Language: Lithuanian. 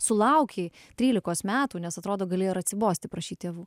sulaukei trylikos metų nes atrodo galėjo ir atsibosti prašyt tėvų